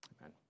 Amen